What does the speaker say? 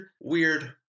weird